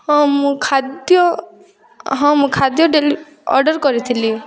ହଁ ମୁଁ ଖାଦ୍ୟ ହଁ ମୁଁ ଖାଦ୍ୟ ଅର୍ଡ଼ର କରିଥିଲି